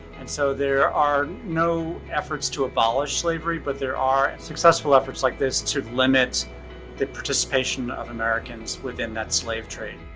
and so there are no efforts to abolish slavery, but there are successful efforts like this to limit the participation of americans within that slave trade.